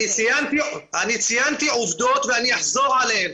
אני ציינתי עובדות ואני אחזור עליהן.